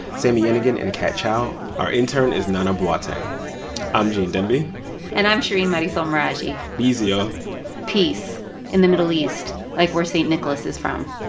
sami yenigun and kat chow. our intern is nana boateng i'm gene demby and i'm shereen marisol meraji be easy, y'all ah peace in the middle east like where st. nicholas is from.